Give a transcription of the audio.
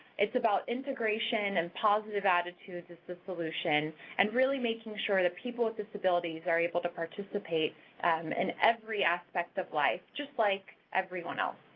it's about integration and positive attitudes is solution and really making sure that people with disabilities are able to participate in every aspect of life, just like everyone else.